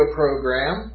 program